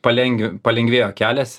paleng palengvėjo kelias